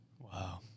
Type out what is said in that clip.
Wow